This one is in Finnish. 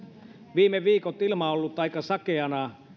viime viikot ilma on ollut aika sakeana